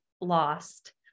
lost